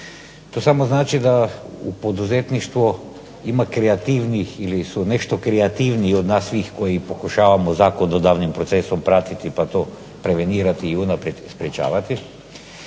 to samo znači da u poduzetništvu ima kreativnih ili su nešto kreativniji od nas svih koji pokušavamo zakonodavnim procesom pratiti, pa to prevenirati i unaprijed sprječavati,